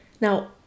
Now